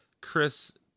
Chris